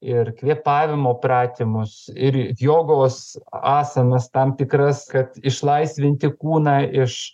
ir kvėpavimo pratimus ir jogos asamas tam tikras kad išlaisvinti kūną iš